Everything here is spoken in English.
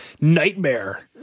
Nightmare